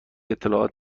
اطلاعات